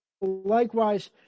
likewise